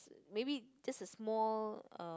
maybe just a small uh